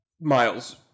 Miles